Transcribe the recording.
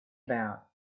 about